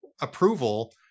approval